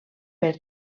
per